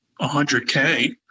100k